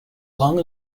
long